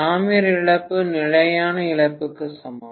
தாமிர இழப்பு நிலையான இழப்புக்கு சமம்